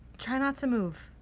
try not to move,